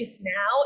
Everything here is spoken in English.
now